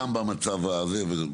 גם במצב הזה.